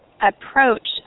approach